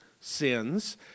sins